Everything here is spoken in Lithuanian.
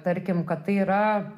tarkim kad tai yra